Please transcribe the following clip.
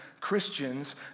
Christians